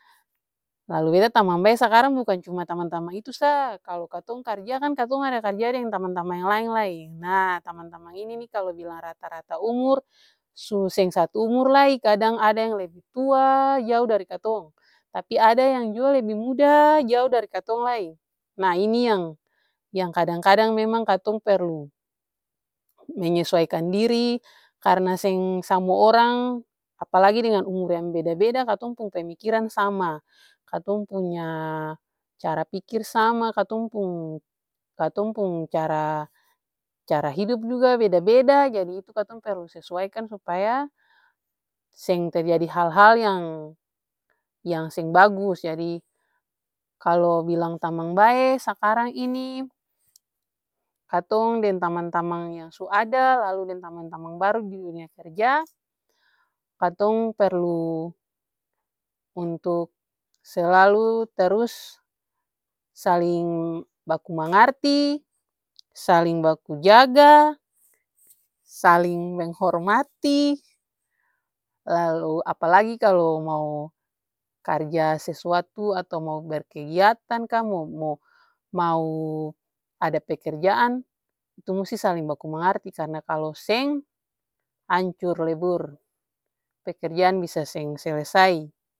lalu beta tamang bae sakarang bukan cuma tamang-tamang itu sa, kalu katong karja kan katong ada karja deng tamang-tamang yang laeng lai. Nah tamang-tamang ini-nih kalu bilang rata-rata umur su seng satu umur lai kadang ada yang lebe tua jao dari katong, tapi ada yang jao lebe muda jao dari katong lai. Nah ini yang yang kadang-kadang memang katong perlu menyesuaikan diri karna seng samua orang apalagi deng umur yang beda-beda katong pung pemikiran sama, katong pung cara pikir sama, katong pung, katong pung cara, cara hidup juga beda-beda jadi itu katong perlu sesuaikan supaya seng terjadi hal-hal yang seng bagus jadi kalu bilang tamang bae sakarang ini katong deng tamang-tamang yang su ada lalu deng tamang-tamang baru didunia karja katong perlu untuk selalu terus saling baku mangarti, baku jaga, saling menghormati, lalu apalagi kalu mau karja seuatu atau mau berkegiatan ka mo-mo-mau ada pekerjaan itu musti saling baku mangarti karna kalu seng ancor lebur pekerjan bisa seng selesai.